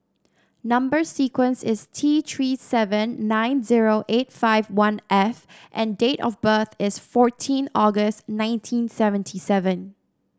number sequence is T Three seven nine zero eight five one F and date of birth is fourteen August nineteen seventy seven